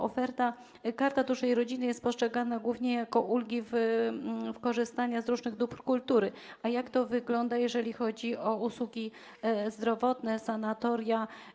Ta oferta, Karta Dużej Rodziny, jest postrzegana głównie jako ulgi w korzystaniu z różnych dóbr kultury, a jak to wygląda, jeżeli chodzi o usługi zdrowotne, sanatoria.